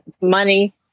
money